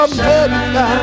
America